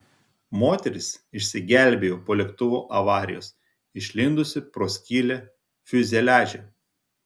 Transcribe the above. moteris išsigelbėjo po lėktuvo avarijos išlindusi pro skylę fiuzeliaže